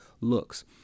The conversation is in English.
looks